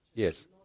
Yes